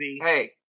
Hey